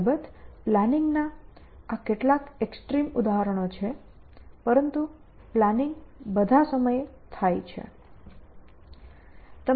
અલબત્ત પ્લાનિંગના આ કેટલાક એક્સટ્રીમ ઉદાહરણો છે પરંતુ પ્લાનિંગ બધા સમય થાય છે